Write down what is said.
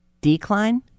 Decline